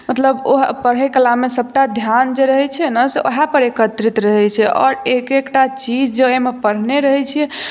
मतलब ओ पढ़ैकलामे सभटा ध्यान जे रहैत छै ने से उएहपर एकत्रित रहैत छै आओर एक एकटा चीज जे ओहिमे पढ़ने रहय छियै